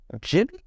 jimmy